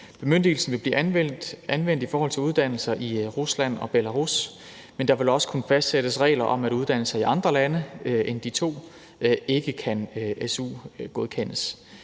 Bemyndigelsen vil blive anvendt i forhold til uddannelser i Rusland og Belarus, men der vil også kunne fastsættes regler om, at uddannelser i andre lande end de to ikke kan su-godkendes.